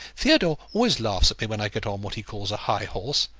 theodore always laughs at me when i get on what he calls a high horse.